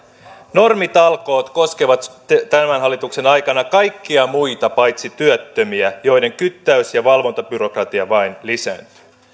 normitalkoot koskevat tämän hallituksen aikana kaikkia muita paitsi työttömiä joiden kyttäys ja valvontabyrokratia vain lisääntyvät